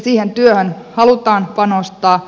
siihen työhön halutaan panostaa